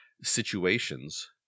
situations